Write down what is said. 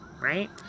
right